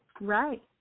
Right